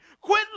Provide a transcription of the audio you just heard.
Quit